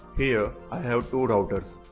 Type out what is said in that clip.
here, i have two routers.